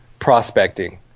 Prospecting